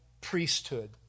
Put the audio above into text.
priesthood